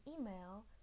email